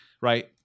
right